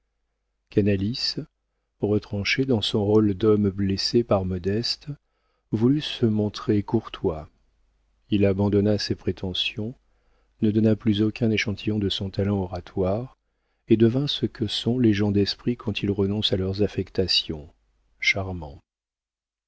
canalis retranché dans son rôle d'homme blessé par modeste voulut se montrer courtois il abandonna ses prétentions ne donna plus aucun échantillon de son talent oratoire et devint ce que sont les gens d'esprit quand ils renoncent à leurs affectations charmant